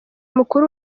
mukuru